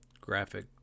graphic